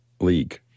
league